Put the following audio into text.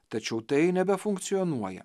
tačiau tai nebefunkcionuoja